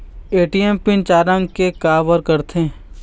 ATM pin चार अंक के का बर करथे?